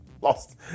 Lost